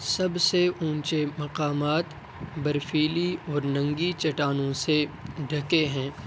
سب سے اونچے مقامات برفیلی اور ننگی چٹانوں سے ڈھکے ہیں